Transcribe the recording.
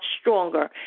stronger